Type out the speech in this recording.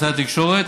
משרד התקשורת,